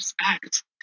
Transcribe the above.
respect